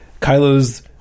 Kylo's